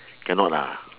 cannot lah